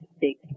big